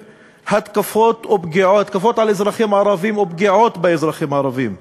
התקפות על אזרחים ערבים או פגיעות באזרחים ערבים.